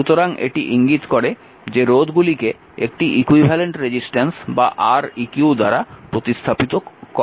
সুতরাং এটি ইঙ্গিত করে যে রোধগুলিকে একটি ইকুইভ্যালেন্ট রেজিস্ট্যান্স বা Req দ্বারা প্রতিস্থাপিত করা যেতে পারে